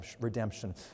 redemption